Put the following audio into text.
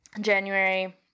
January